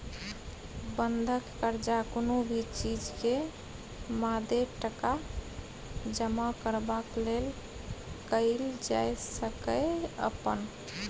बंधक कर्जा कुनु भी चीज के मादे टका जमा करबाक लेल कईल जाइ सकेए अपन